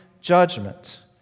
judgment